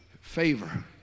favor